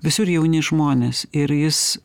visur jauni žmonės ir jis